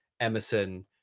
Emerson